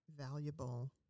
valuable